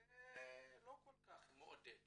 זה לא כל כך מעודד.